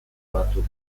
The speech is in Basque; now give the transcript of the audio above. batzuk